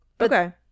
Okay